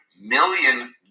million